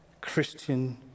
Christian